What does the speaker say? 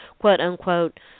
quote-unquote